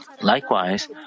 Likewise